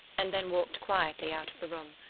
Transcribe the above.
and then walked quietly out of the room.